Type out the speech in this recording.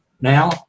now